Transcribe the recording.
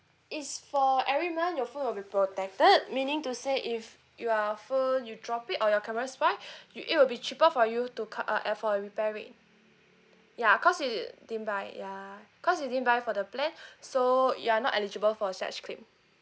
it's for every month your phone will be protected meaning to say if your phone you drop it or your camera spike you it will be cheaper for you to cu~ uh for a repair rate ya cause it didn't buy ya cause you didn't buy for the plan so you're not eligible for such claim